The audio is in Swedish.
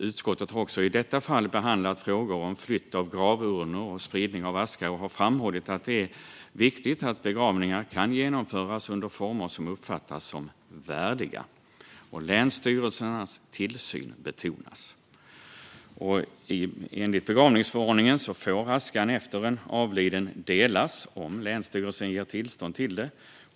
Utskottet har också i detta fall behandlat frågor om flytt av gravurnor och spridning av aska och har framhållit att det är viktigt att begravningar kan genomföras under former som uppfattas som värdiga, och länsstyrelsernas tillsyn betonas. Enligt begravningsförordningen får askan efter en avliden delas, om länsstyrelsen ger tillstånd till det.